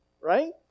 right